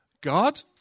God